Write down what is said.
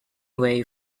way